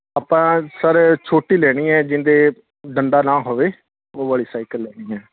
ਆਪਾਂ ਸਰ ਛੋਟੀ ਲੈਣੀ ਹੈ ਜਿਹਦੇ ਡੰਡਾ ਨਾ ਹੋਵੇ ਉਹ ਵਾਲੀ ਸਾਈਕਲ ਲੈਣੀ ਹੈ